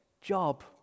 job